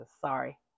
Sorry